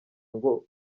ngo